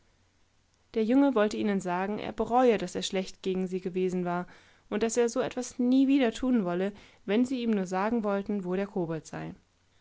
der junge wollte ihnen sagen er bereue daß er schlecht gegen sie gewesen war und daß er so etwas nie wieder tun wolle wenn sie ihm nur sagen wollten wo der kobold sei